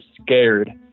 scared